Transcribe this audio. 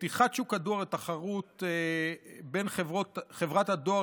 פתיחת שוק הדואר לתחרות בין חברת הדואר